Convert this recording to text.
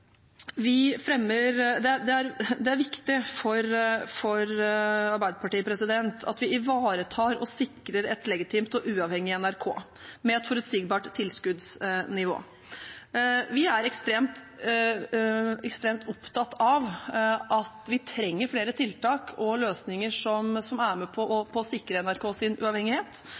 Det er viktig for Arbeiderpartiet at vi ivaretar og sikrer et legitimt og uavhengig NRK med et forutsigbart tilskuddsnivå. Vi er ekstremt opptatt av at vi trenger flere tiltak og løsninger som er med på å